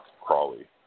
Crawley